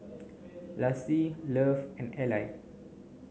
Lassie Love and Eli